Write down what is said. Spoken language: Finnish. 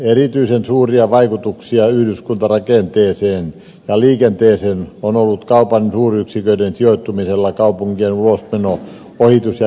erityisen suuria vaikutuksia yhdyskuntarakenteeseen ja liikenteeseen on ollut kaupan suuryksiköiden sijoittumisella kaupunkien ulosmeno ohitus ja kehäteiden varrelle